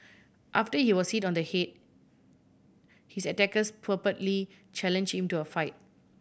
after he was hit on the head his attackers purportedly challenge him to a fight